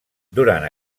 durant